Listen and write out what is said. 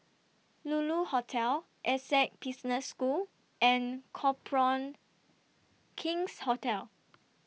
Lulu Hotel Essec Business School and Copthorne King's Hotel